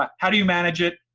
um how do you manage it?